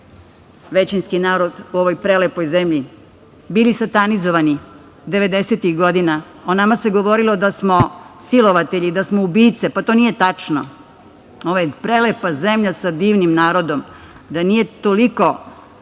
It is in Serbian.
većinski narod u ovoj prelepoj zemlji, bili satanizovani 90-ih godina. O nama se govorilo da smo silovatelji, da smo ubice. Pa, to nije tačno. Ovo je prelepa zemlja sa divnim narodom, da nije toliko